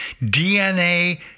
DNA